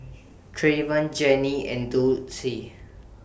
Treyvon Janie and Dulcie